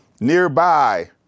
Nearby